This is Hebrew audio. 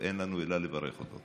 אין לנו אלא לברך אותו.